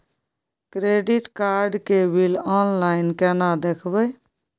Credit card के bill online केना देखबय?